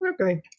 okay